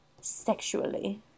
sexually